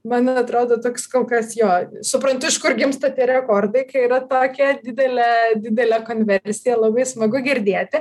man atrodo toks kol kas jo supranti iš kur gimsta tie rekordai kai yra tokia didelė didelė konversija labai smagu girdėti